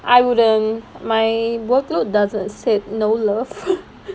I wouldn't my workload doesn't said no love